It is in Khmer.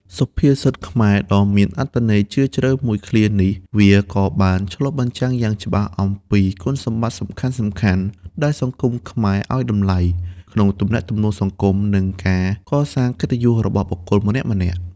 សុភាសិតខ្មែរដ៏មានអត្ថន័យជ្រាលជ្រៅមួយឃ្លានេះ វាក៏បានឆ្លុះបញ្ចាំងយ៉ាងច្បាស់អំពី គុណសម្បត្តិសំខាន់ៗដែលសង្គមខ្មែរឱ្យតម្លៃ ក្នុងទំនាក់ទំនងសង្គម និងការកសាងកិត្តិយសរបស់បុគ្គលម្នាក់ៗ។